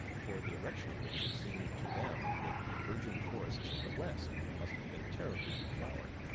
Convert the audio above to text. for the erection of which it seemed to them that the virgin forests of the west must have been terribly deflowered.